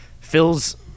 Phil's